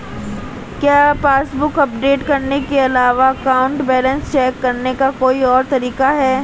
क्या passbook update करने के अलावा अकाउंट बैलेंस चेक करने का कोई और तरीका है?